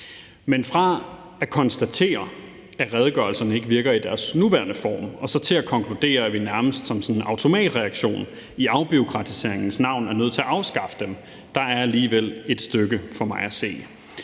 Men fra at konstatere, at redegørelserne ikke virker i deres nuværende form, og så til at konkludere, at vi nærmest som sådan en automatreaktion i afbureaukratiseringens navn er nødt til at afskaffe dem, er der for mig at se